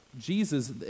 Jesus